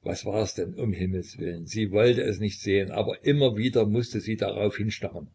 was war es denn um himmelswillen sie wollte es nicht sehen aber immer wieder mußte sie drauf hinstarren